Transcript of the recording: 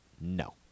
No